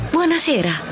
Buonasera